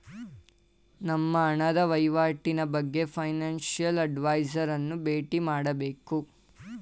ನಮ್ಮ ಹಣದ ವಹಿವಾಟಿನ ಬಗ್ಗೆ ಫೈನಾನ್ಸಿಯಲ್ ಅಡ್ವೈಸರ್ಸ್ ಅನ್ನು ಬೇಟಿ ಮಾಡಬೇಕು